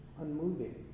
unmoving